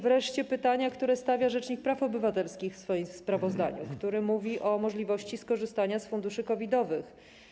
Wreszcie pytania, które stawia rzecznik praw obywatelskich w swoim sprawozdaniu, który mówi o możliwości skorzystania z funduszy COVID-owych.